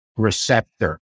Receptor